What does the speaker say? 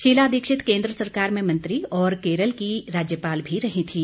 शीला दीक्षित केंद्र सरकार में मंत्री और केरल की राज्यपाल भी रही थीं